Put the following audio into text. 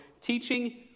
teaching